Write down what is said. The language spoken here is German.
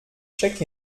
check